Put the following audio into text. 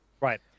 Right